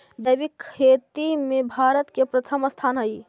जैविक खेती में भारत के प्रथम स्थान हई